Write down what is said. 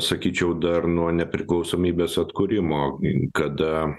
sakyčiau dar nuo nepriklausomybės atkūrimo kada